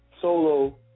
solo